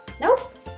Nope